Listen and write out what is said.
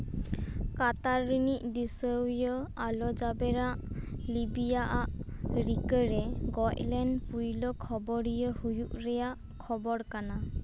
ᱠᱟᱛᱟᱨ ᱨᱤᱱᱤᱡ ᱫᱤᱥᱟᱹ ᱤᱭᱟᱹ ᱟᱞ ᱡᱟᱵᱮᱨᱟ ᱞᱤᱵᱷᱤᱭᱟ ᱟᱜ ᱨᱤᱠᱟᱹ ᱨᱮ ᱜᱚᱡ ᱞᱮᱱ ᱯᱳᱭᱞᱳ ᱠᱷᱚᱵᱚᱨᱤᱭᱟᱹ ᱦᱩᱭᱩᱜ ᱨᱮᱭᱟᱜ ᱠᱷᱚᱵᱚᱨ ᱠᱟᱱᱟ